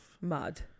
Mud